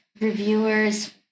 reviewers